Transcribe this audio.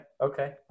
okay